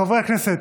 חברי הכנסת,